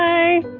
Bye